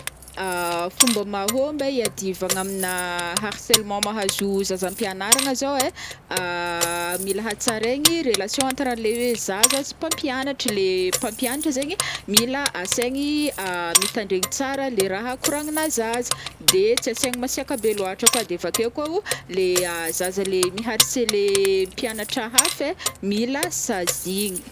Fômba mahômby ai hiadivagna amina harcelement mahazo zaza ampianaragna zao ai, mila hatsaraigny relation entre le zaza sy mpampianatry, le mpampianatra zegny mila asaigny mitandregny tsara le raha koragnina zaza de tsy asaigny masiàka be loatra koa de vakeo koa le zaza le mi-harceler mpianatra hafa ai mila sazigny.